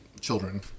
children